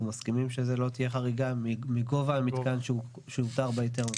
אנחנו מסכימים שלא תהיה חריגה מגובה המתקן שהותר בהיתר,